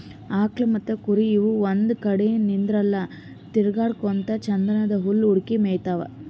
ಆಕಳ್ ಮತ್ತ್ ಕುರಿ ಇವ್ ಒಂದ್ ಕಡಿ ನಿಂದ್ರಲ್ಲಾ ತಿರ್ಗಾಡಕೋತ್ ಛಂದನ್ದ್ ಹುಲ್ಲ್ ಹುಡುಕಿ ಮೇಯ್ತಾವ್